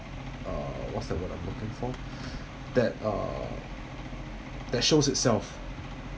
uh what's the word I'm looking for that uh that shows itself